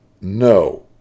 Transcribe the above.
no